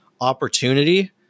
opportunity